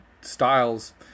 styles